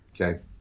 okay